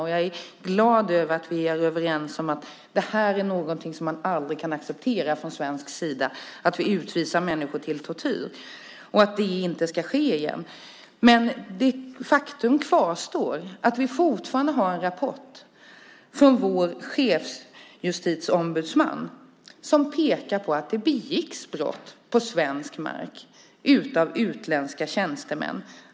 Jag är glad över att vi är överens om att vi från svensk sida aldrig kan acceptera att vi utvisar människor till tortyr och att det inte ska ske igen. Men faktum kvarstår att vi har en rapport från vår chefsjustitieombudsman som pekar på att det begicks brott på svensk mark av utländska tjänstemän.